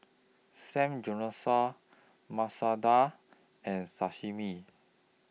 Samgeyopsal Masoor Dal and Sashimi